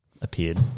appeared